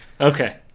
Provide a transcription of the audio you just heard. Okay